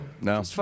No